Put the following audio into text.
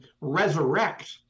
resurrect